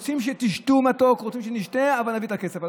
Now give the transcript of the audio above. רוצים שתשתו מתוק, רוצים שנשתה, אבל נביא את הכסף.